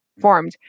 formed